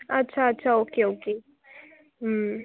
अच्छा अच्छा okay okay